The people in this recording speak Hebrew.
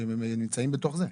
הם נמצאים בתוך זה.